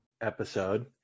episode